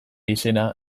izena